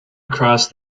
across